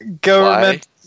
government